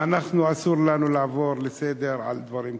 ואנחנו, אסור לנו לעבור לסדר-היום על דברים כאלה.